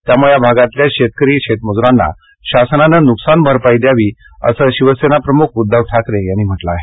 त्यामुळे या भागातील शेतकरी शेतमजूरांना शासनानं नुकसानभरपाई द्यावी असं शिवसेना पक्षप्रमुख उद्दव ठाकरे यांनी म्हटलं आहे